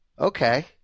okay